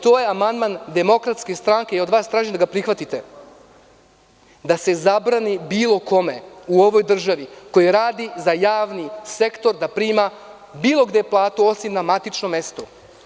To je amandman DS, od vas tražim da ga prihvatite, da se zabrani bilo kome u ovoj državi ko radi za javni sektor da prima bilo gde platu, osim na matičnom mestu.